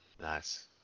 nice